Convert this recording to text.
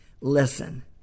Listen